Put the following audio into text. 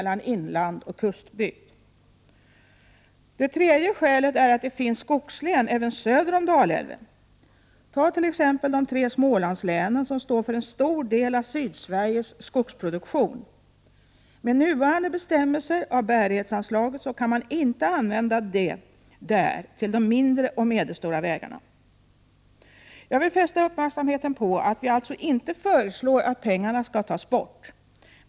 1988/89:107 mellan inland och kustbygd. 2 maj 1989 För det tredje finns det skogslän även söder om Dalälven. De tre Smålandslänen står för en stor del av Sydsveriges skogsproduktion. Med nuvarande bestämmelser för bärighetsanslaget kan man inte använda det anslaget till de mindre och medelstora vägarna där. Jag vill fästa uppmärksamheten på att vi alltså inte föreslår att pengarna skall tas bort.